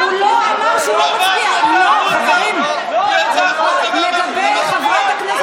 הוא כבר אמר שהוא לא מצביע, (קוראת בשם חבר הכנסת)